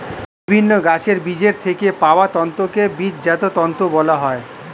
বিভিন্ন গাছের বীজের থেকে পাওয়া তন্তুকে বীজজাত তন্তু বলা হয়